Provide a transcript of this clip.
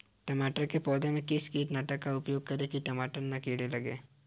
टमाटर के पौधे में किस कीटनाशक का उपयोग करें कि टमाटर पर कीड़े न लगें?